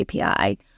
API